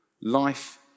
Life